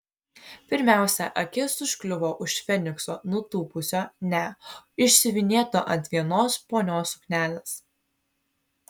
pirmiausia akis užkliuvo už fenikso nutūpusio ne išsiuvinėto ant vienos ponios suknelės